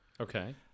Okay